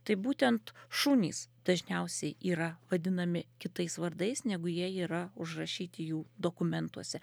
tai būtent šunys dažniausiai yra vadinami kitais vardais negu jie yra užrašyti jų dokumentuose